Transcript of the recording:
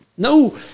No